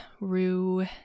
rue